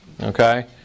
Okay